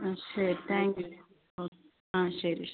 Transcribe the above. ആ ശരി thank you ഓ ആ ശരി ശരി